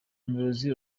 umuyobozi